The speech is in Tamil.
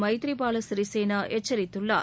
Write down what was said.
மைத்ரிபால சிறிசேனா எச்சரித்துள்ளார்